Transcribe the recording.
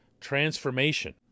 transformation